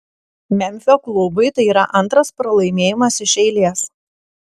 memfio klubui tai yra antras pralaimėjimas iš eilės